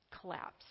collapse